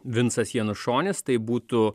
vinsas janušonis tai būtų